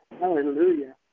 hallelujah